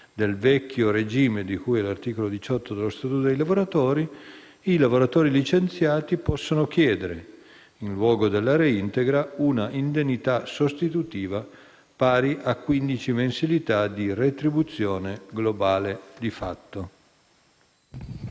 del vecchio regime di cui all’articolo 18 dello Statuto dei lavoratori, i lavoratori licenziati possono chiedere, in luogo della reintegra, un’indennità sostitutiva pari a quindici mensilità di retribuzione globale di fatto.